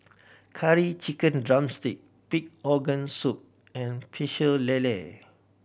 Curry Chicken drumstick pig organ soup and Pecel Lele